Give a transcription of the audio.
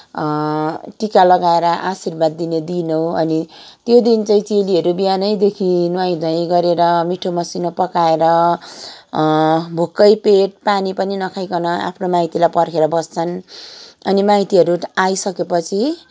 टिका लगाएर आशीर्वाद दिने दिन हो अनि त्यो दिन चाहिँ चेलीहरू बिहानैदेखि नुहाइ धुवाइ गरेर मिठो मसिनो पकाएर भोकै पेट पानी पनि नखाइकन आफ्नो माइतीलाई पर्खेर बस्छन् अनि माइतीहरू आइसकेपछि